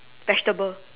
vegetable